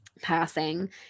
passing